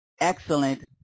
excellent